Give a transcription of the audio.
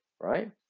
Right